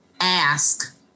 ask